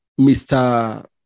Mr